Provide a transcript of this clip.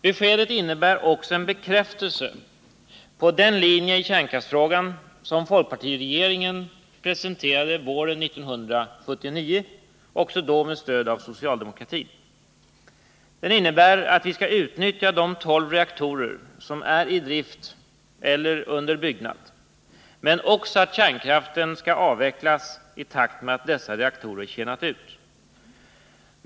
Beskedet innebär också en bekräftelse på den linje i kärnkraftsfrågan som folkpartiregeringen presenterade våren 1979, också då med stöd av socialdemokratin. Den innebär att vi skall utnyttja de tolv reaktorer som är i drift eller under byggnad men också att kärnkraften skall avvecklas i takt med att dessa reaktorer tjänat ut.